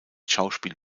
schauspiel